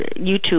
YouTube